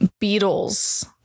Beatles